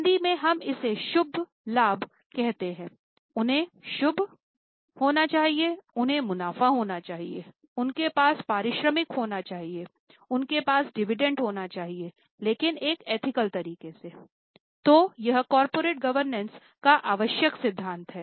तो ये कॉर्पोरेट के आवश्यक सिद्धांत हैं